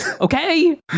Okay